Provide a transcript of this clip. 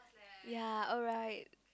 ya alright